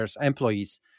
employees